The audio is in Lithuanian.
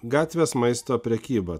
gatvės maisto prekyba